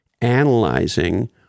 analyzing